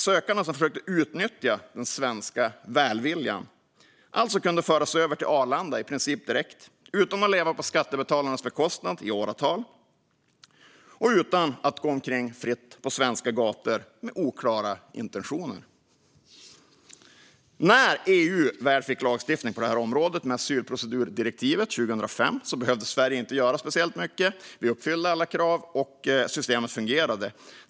Sökande som försökte utnyttja den svenska välviljan kunde alltså föras över till Arlanda i princip direkt, utan att leva på skattebetalarnas bekostnad i åratal och utan att gå omkring fritt på svenska gator med oklara intentioner. När EU väl fick lagstiftning på detta område, med asylprocedurdirektivet 2005, behövde Sverige inte göra särskilt mycket. Vi uppfyllde alla krav, och systemet fungerade.